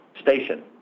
station